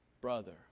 brother